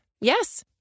Yes